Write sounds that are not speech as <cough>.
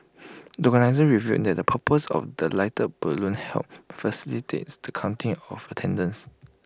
<noise> the organisers revealed that the purpose of the lighted balloons helped facilitates the counting of attendance